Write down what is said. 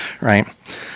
right